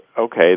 Okay